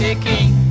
King